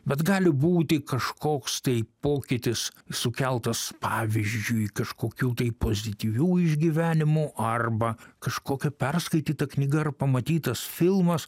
bet gali būti kažkoks tai pokytis sukeltas pavyzdžiui kažkokių tai pozityvių išgyvenimų arba kažkokia perskaityta knyga ar pamatytas filmas